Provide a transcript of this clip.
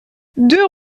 deux